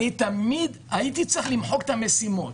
תמיד הייתי צריך למחוק את המשימות.